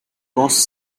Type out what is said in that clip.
cost